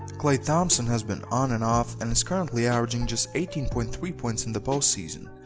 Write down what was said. klay thompson has been on and off and is currently averaging just eighteen point three points in the postseason,